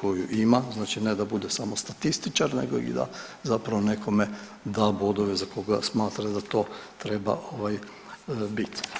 koju ima, znači ne da bude samo statističar nego i da zapravo nekome da bodove za koga smatra da to treba bit.